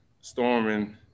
storming